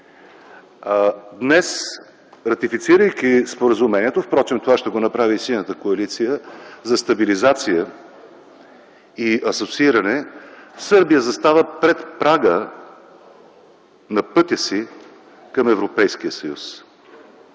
Днес, ратифицирайки Споразумението (впрочем това ще го направи Синята коалиция) за стабилизация и асоцииране, Сърбия застава пред прага на пътя си към Европейския съюз.